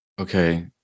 Okay